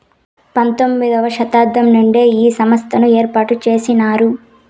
పంతొమ్మిది వ శతాబ్దం నుండే ఈ సంస్థను ఏర్పాటు చేసినారు